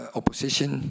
opposition